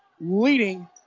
leading